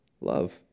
love